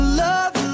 love